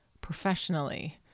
professionally